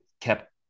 kept